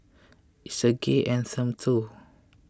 it's a gay anthem too